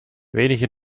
wenige